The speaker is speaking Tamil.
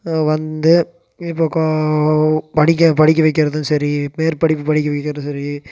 வந்து இப்போ கொ படிக்க படிக்க வைக்கிறதும் சரி மேற்படிப்பு படிக்க வைக்கிறதும் சரி